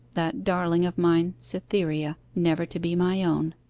that darling of mine, cytherea, never to be my own,